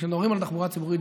כשמדברים על תחבורה ציבורית,